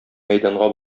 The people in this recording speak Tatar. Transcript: мәйданга